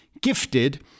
gifted